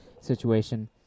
situation